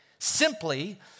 simply